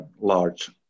large